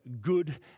good